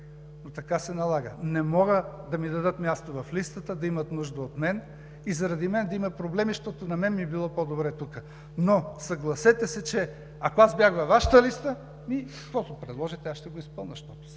но така се налага. Не могат да ми дадат място в листата, да имат нужда от мен и заради мен да имат проблеми, защото на мен ми е било по-добре тук. Но съгласете се, че ако аз бях във Вашата листа, и каквото предложите, аз ще го изпълня, защото